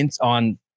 on